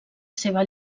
seva